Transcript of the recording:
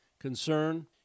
concern